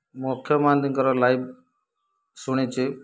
ମୁଁ ଅକ୍ଷୟ ମହାନ୍ତିଙ୍କର ଲାଇଭ୍ ଶୁଣିଛି